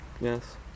Yes